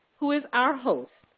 who is our host.